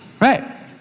Right